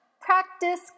practice